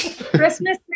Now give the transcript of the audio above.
Christmas